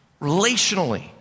relationally